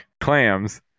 Clams